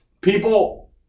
people